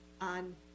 on